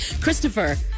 Christopher